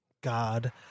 God